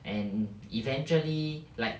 and eventually like